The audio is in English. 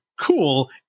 cool